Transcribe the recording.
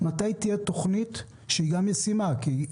מתי תהיה תוכנית שהיא גם ישימה?